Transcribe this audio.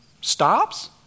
stops